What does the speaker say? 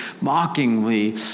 mockingly